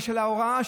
ושל ההוראה,